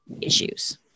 issues